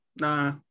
Nah